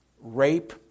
rape